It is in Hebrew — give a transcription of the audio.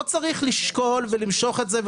לא צריך לשקול ולמשוך את זה,